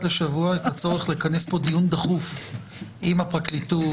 לשבוע את הצורך לכנס פה דיון דחוף עם הפרקליטות,